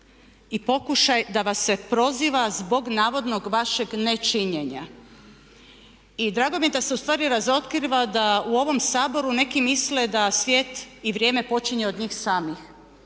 i pokušaj da vas se proziva zbog navodnog vašeg nečinjenja. I drago mi je da se ustvari razotkriva da u ovom Saboru neki misle da svijet i vrijeme počinje od njih samih